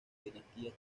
dinastía